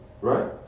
right